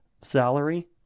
salary